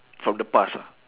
from the past ah